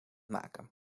maken